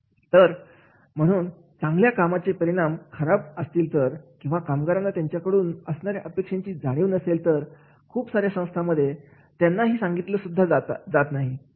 तर म्हणून चांगल्या कामगिरीचे परिणाम खराब असतील तर किंवा कामगारांना त्यांच्याकडून असणाऱ्या अपेक्षांची जाणीव नसेल तर खूप सार्या संस्थांमध्ये त्यांनाही सांगितलं सुद्धा जात नाही